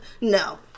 No